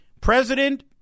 President